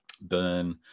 burn